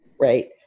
Right